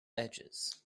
edges